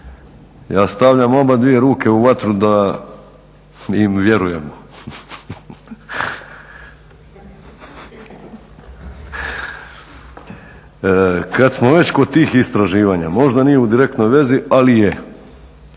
ja stavljam obadvije ruke u vatru da im vjerujemo. Kada smo već kod tih istraživanja možda nije u direktnoj vezi, ali je.